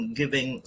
giving